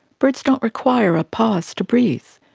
birds don't require a pause to breathe,